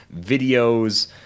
videos